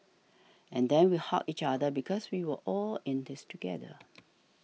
and then we hugged each other because we were all in this together